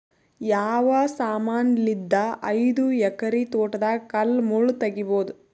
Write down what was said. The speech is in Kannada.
ಯಾವ ಸಮಾನಲಿದ್ದ ಐದು ಎಕರ ತೋಟದಾಗ ಕಲ್ ಮುಳ್ ತಗಿಬೊದ?